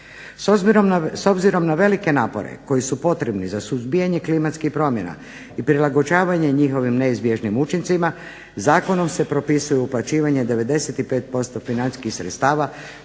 S obzirom na velike napore koji su potrebni za suzbijanje klimatskih promjena i prilagođavanje njihovim neizbježnim učincima, zakonom se propisuju uplaćivanje 95% financijskih sredstava